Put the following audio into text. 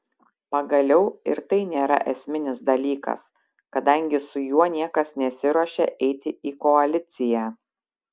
pagaliau ir tai nėra esminis dalykas kadangi su juo niekas nesiruošia eiti į koaliciją